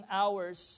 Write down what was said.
hours